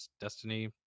destiny